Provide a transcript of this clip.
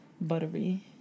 buttery